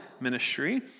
ministry